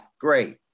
Great